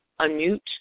unmute